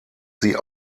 sie